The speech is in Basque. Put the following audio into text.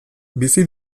bizi